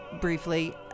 briefly